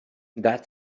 that